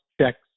checks